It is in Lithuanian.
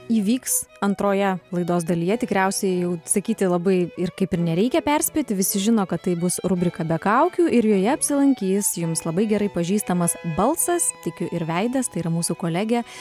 įvyks antroje laidos dalyje tikriausiai jau sakyti labai ir kaip ir nereikia perspėti visi žino kad tai bus rubrika be kaukių ir joje apsilankys jums labai gerai pažįstamas balsas tikiu ir veidas tai yra mūsų kolegė